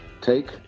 take